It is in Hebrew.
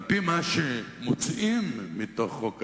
על-פי מה שמוציאים מתוך חוק ההסדרים,